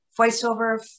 voiceover